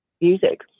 music